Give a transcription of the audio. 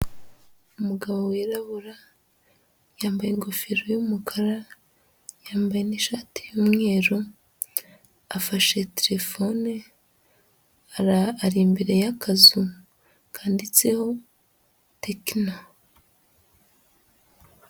Umugabo wirabura yambaye ingofero y'umukara, yambaye n'ishati y'umweru afashe telefone ari imbere y'akazu kanditseho tekino.